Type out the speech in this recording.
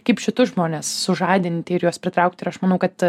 kaip šitus žmones sužadinti ir juos pritraukti ir aš manau kad